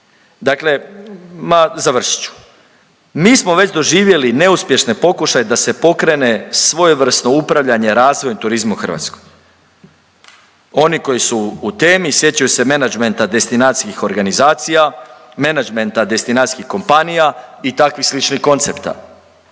Dakle ma, završit ću. Mi smo već doživjeli neuspješne pokušaje da se pokrene svojevrsno upravljanje razvojem turizma u Hrvatskoj. Oni koji su u temi sjećaju se managmenta destinacijskih organizacija, menagmenta destinacijskih kompanija i takvih sličnih koncepta.